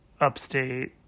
upstate